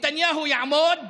נתניהו יעמוד,